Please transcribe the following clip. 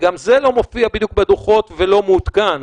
וגם זה לא מופיע בדיוק בדוחות ולא מעודכן.